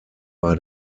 bei